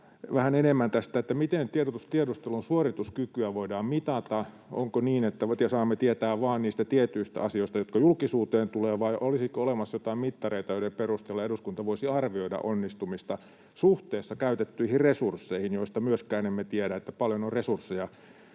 vähän enemmän tästä, miten tiedustelun suorituskykyä voidaan mitata. Onko niin, että me saamme tietää vain niistä tietyistä asioista, jotka julkisuuteen tulevat, vai olisiko olemassa joitain mittareita, joiden perusteella eduskunta voisi arvioida onnistumista suhteessa käytettyihin resursseihin, joista myöskään emme tiedä, paljonko on resursseja